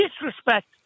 disrespect